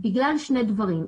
בגלל שני דברים.